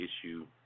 issue